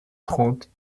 trente